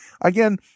Again